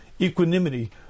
equanimity